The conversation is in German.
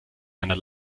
einer